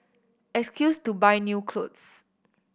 excuse to buy new clothes